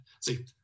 see